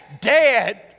dead